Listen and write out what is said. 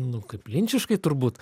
nu kaip linčiškai turbūt